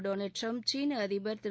Donald Trump சீன அதிபர் திரு